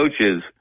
coaches